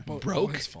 broke